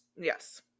Yes